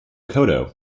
koto